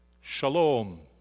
Shalom